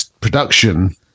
production